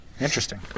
Interesting